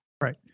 Right